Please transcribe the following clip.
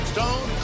Stone